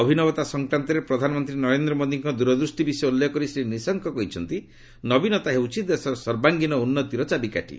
ଅଭିନବତା ସଂକ୍ରାନ୍ତରେ ପ୍ରଧାନମନ୍ତ୍ରୀ ନରେନ୍ଦ୍ର ମୋଦିଙ୍କ ଦୂରଦୃଷ୍ଟି ବିଷୟ ଉଲ୍ଲେଖ କରି ଶ୍ରୀ ନିଶଙ୍କ କହିଛନ୍ତି ନବୀନତା ହେଉଛି ଦେଶର ସର୍ବାଙ୍ଗୀନ ଉନ୍ନତିର ଚାବିକାଠି